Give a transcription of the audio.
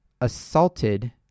assaulted